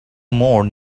more